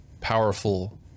powerful